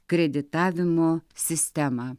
kreditavimo sistemą